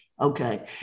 Okay